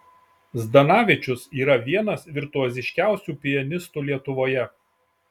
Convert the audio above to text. zdanavičius yra vienas virtuoziškiausių pianistų lietuvoje